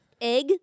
egg